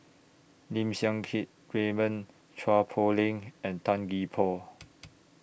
Lim Siang Keat Raymond Chua Poh Leng and Tan Gee Paw